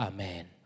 Amen